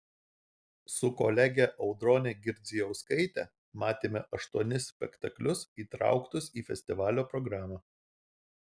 su kolege audrone girdzijauskaite matėme aštuonis spektaklius įtrauktus į festivalio programą